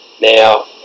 Now